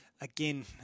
again